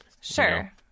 Sure